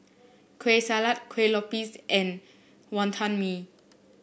Kueh Salat Kuih Lopes and Wonton Mee